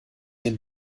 den